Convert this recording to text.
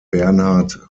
bernhard